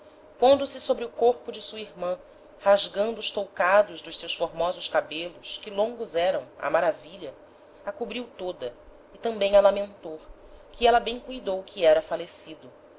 pondo-se sobre o corpo de sua irman rasgando os toucados dos seus formosos cabelos que longos eram á maravilha a cobriu toda e tambem a lamentor que éla bem cuidou que era falecido